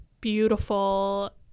beautiful